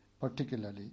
particularly